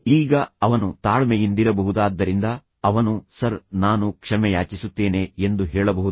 ಈಗ ಅವನು ತಾಳ್ಮೆಯಿಂದಿರಬಹುದಾದ್ದರಿಂದ ಅವನು ಸರ್ ನಾನು ಕ್ಷಮೆಯಾಚಿಸುತ್ತೇನೆ ಎಂದು ಹೇಳಬಹುದು